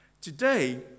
Today